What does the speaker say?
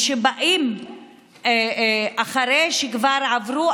שמשרד האוצר מרשה לעצמו,